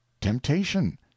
temptation